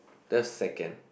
the second